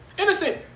innocent